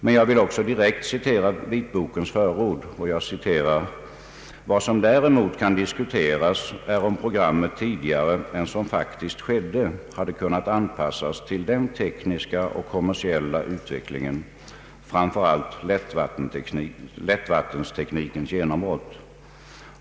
Men jag vill också direkt citera vitbokens förord: ”Vad som däremot kan diskuteras är om programmet tidigare än som faktiskt skedde hade kunnat anpassas till den tekniska och kommersiella utvecklingen, framför allt lättvattensteknikens genombrott.